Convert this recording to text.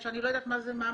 כשאני לא יודעת מה המשמעות.